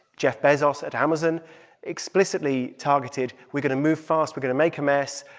jeff bezos at amazon explicitly targeted we're going to move fast, we're going to make a mess.